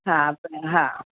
हा हा